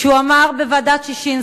שהוא אמר בוועדת-ששינסקי,